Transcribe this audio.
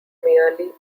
merely